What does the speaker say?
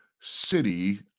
City